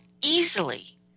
easily